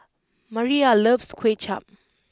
Mariah loves Kuay Chap